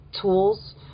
tools